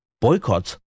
boycotts